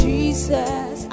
Jesus